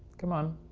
come on.